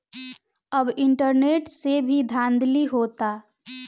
अब इंटरनेट से भी धांधली होता